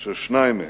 של שניים מהם,